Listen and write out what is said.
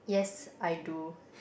yes I do